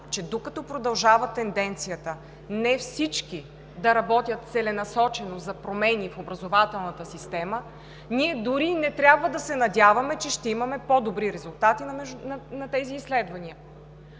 че докато продължава тенденцията не всички да работят целенасочено за промени в образователната система, ние дори и не трябва да се надяваме, че ще имаме по-добри резултати на тези изследвания.